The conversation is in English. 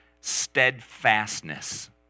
steadfastness